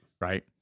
Right